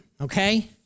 Okay